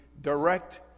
direct